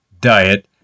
diet